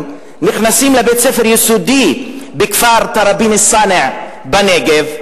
נכנסים לבית-ספר יסודי בכפר תראבין-אלסאנע בנגב,